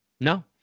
no